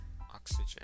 oxygen